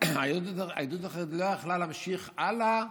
והיהדות החרדית לא יכלה להמשיך הלאה,